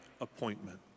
appointment